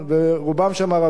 ורובם שם ערבים,